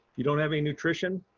you don't have any nutrition?